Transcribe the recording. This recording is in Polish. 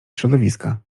środowiska